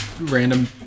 random